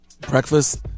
breakfast